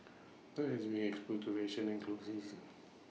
dawn has been exposed to fashion and clothes